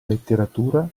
letteratura